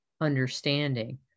understanding